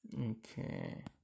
Okay